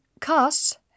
costs